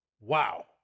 wow